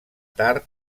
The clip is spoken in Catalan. tard